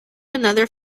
another